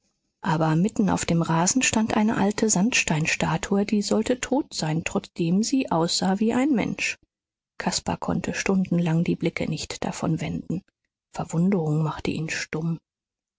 aber mitten auf dem rasen stand eine alte sandsteinstatue die sollte tot sein trotzdem sie aussah wie ein mensch caspar konnte stundenlang die blicke nicht davon wenden verwunderung machte ihn stumm